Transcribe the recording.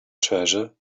treasure